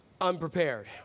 unprepared